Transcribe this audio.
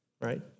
right